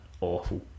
awful